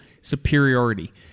superiority